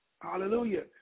Hallelujah